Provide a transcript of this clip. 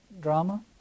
drama